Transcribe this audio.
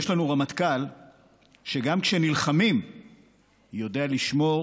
יש לנו רמטכ"ל שגם כשנלחמים יודע לשמור